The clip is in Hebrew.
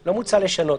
לא מוצע לשנות.